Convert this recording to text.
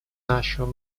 нашего